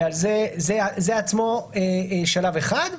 וזה עצמו שלב אחד,